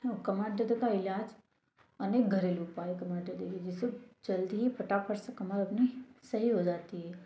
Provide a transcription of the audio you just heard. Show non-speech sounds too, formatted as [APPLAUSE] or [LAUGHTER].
और कमर दर्द का ईलाज अनेक घरेलू उपाय [UNINTELLIGIBLE] जल्द ही फटाफट से कमर अपनी सही हो जाती है